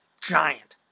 Giant